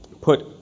Put